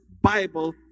Bible